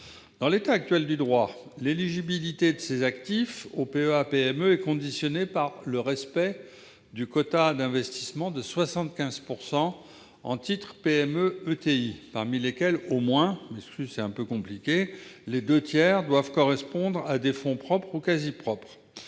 En l'état actuel du droit, l'éligibilité de ces actifs au PEA-PME est conditionnée au respect du quota d'investissement de 75 % en titres de PME-ETI, parmi lesquels au moins les deux tiers doivent correspondre à des fonds propres ou quasi-fonds